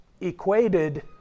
equated